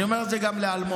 אני אומר את זה גם לאלמוג,